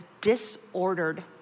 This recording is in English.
disordered